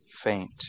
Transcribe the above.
faint